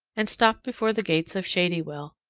and stopped before the gates of shadywell.